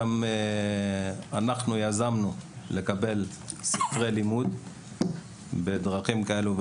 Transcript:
פעלנו על מנת להשיג ספרי לימוד ובדקנו